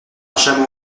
chameau